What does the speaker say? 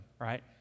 right